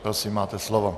Prosím, máte slovo.